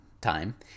Time